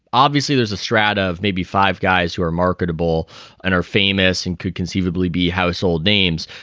obviously, there's a strategy of maybe five guys who are marketable and are famous and could conceivably be household names.